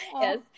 Yes